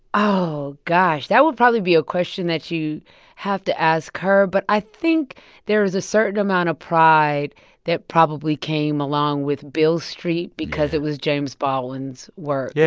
oh, gosh. that would probably be a question that you have to ask her, but i think there is a certain amount of pride that probably came along with beale street. yeah. because it was james baldwin's work. yeah.